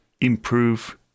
improve